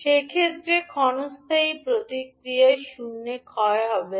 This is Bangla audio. সেক্ষেত্রে ক্ষণস্থায়ী প্রতিক্রিয়া শূন্যে ক্ষয় হবে না